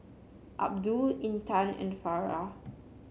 Abdul Intan and Farah